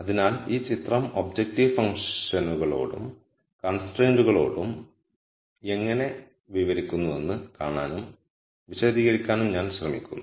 അതിനാൽ ഈ ചിത്രം ഒബ്ജക്റ്റീവ് ഫങ്ക്ഷൻ നുകളോടും കൺസ്ട്രൈന്റുകളോടും എങ്ങനെഎങ്ങനെ വിവരിക്കുന്നുവെന്ന് കാണാനും വിശദീകരിക്കാനും ഞാൻ ശ്രമിക്കുന്നു